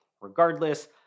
regardless